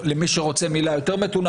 ממה אתם פוחדים?